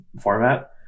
format